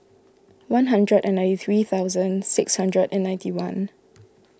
one hundred and ninety three thousand six hundred and ninety one